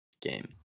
game